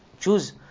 Choose